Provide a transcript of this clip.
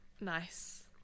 Nice